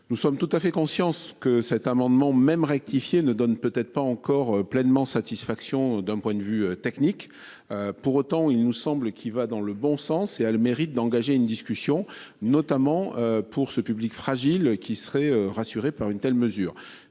Nous sommes tout à fait conscience que cet amendement même rectifier ne donne peut-être pas encore pleinement satisfaction d'un point de vue technique. Pour autant, il nous semble, qui va dans le bon sens et a le mérite d'engager une discussion, notamment pour ce public fragile qui seraient rassurés par une telle mesure